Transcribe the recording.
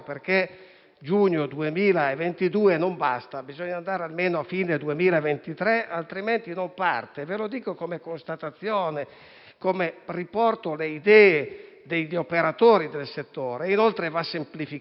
giugno 2022 non basta; bisogna andare almeno a fine 2023, altrimenti non parte - ve lo dico come constatazione, riporto le idee degli operatori del settore - ed inoltre, va semplificato.